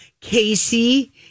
Casey